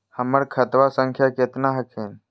हमर खतवा संख्या केतना हखिन?